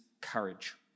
courage